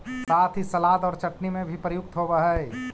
साथ ही सलाद और चटनी में भी प्रयुक्त होवअ हई